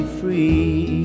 free